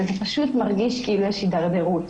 וזה פשוט מרגיש כאילו יש הדרדרות.